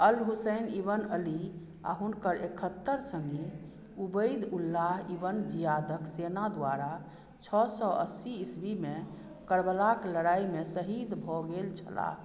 अल Hussain ibn Ali आ हुनकर एकहत्तरि सङ्गी उबैद उल्लाह इब्न ज़ियादक सेना द्वारा छओ सए अस्सी इस्वीमे कर्बलाक लड़ाइमे शहीद भऽ गेल छलाह